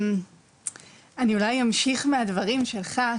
אני אולי אמשיך מהדברים שלך,